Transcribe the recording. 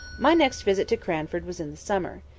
my next visit to cranford was in the summer.